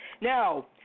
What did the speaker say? Now